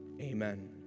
amen